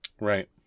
Right